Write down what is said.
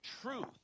truth